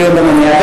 דיון במליאה.